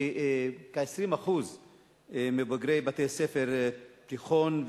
שכ-20% מבוגרי בתי-ספר תיכון,